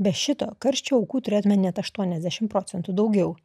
be šito karščio aukų turėtume net aštuoniasdešimt procentų daugiau